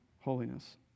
holiness